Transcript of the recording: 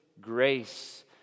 grace